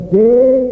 day